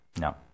No